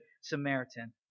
Samaritan